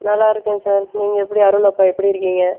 நல்லா இருக்கேன் சார் நீங்கள் எப்படி அருண் அப்பா எப்படி இருக்கீங்க